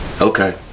Okay